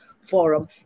forum